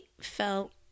felt